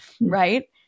right